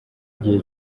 gihe